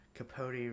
Capote